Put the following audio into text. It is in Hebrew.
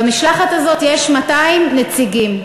במשלחת הזאת יש 200 נציגים.